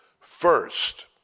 First